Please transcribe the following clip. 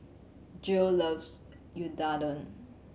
Jill loves Unadon